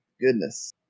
Goodness